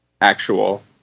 actual